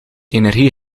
energie